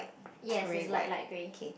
yes it's like light grey